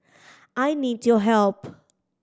I need your help